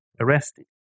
arrested